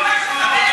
תתבייש.